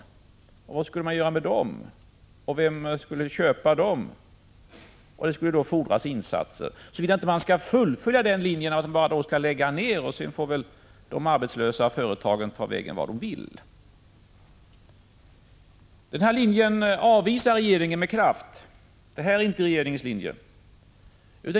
Vad skulle man göra med dem? Vem skulle köpa dem? Det skulle fordras insatser, såvida man inte skall fullfölja linjen att bara lägga ned, och sedan får de företag där man är arbetslös ta vägen vart de vill. Den här linjen avvisar regeringen med kraft — det här är inte regeringens linje.